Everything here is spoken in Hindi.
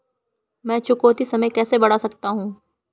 मैं चुकौती समय कैसे बढ़ा सकता हूं?